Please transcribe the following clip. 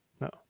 No